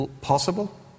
possible